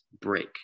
break